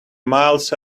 miles